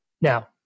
Now